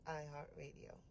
iHeartRadio